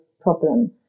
problem